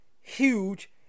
huge